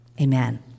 Amen